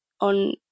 on